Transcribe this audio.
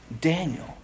Daniel